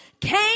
came